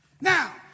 Now